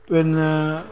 പിന്നെ